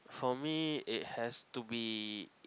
for me it has to be